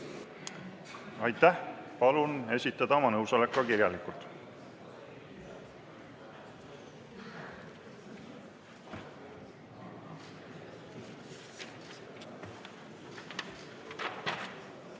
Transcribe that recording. Aitäh! Palun esitada oma nõusolek ka kirjalikult.